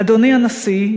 אדוני הנשיא,